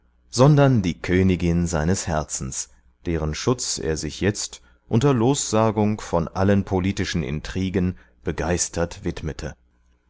sondern die königin seines herzens deren schutz er sich jetzt unter lossagung von allen politischen intrigen begeistert widmete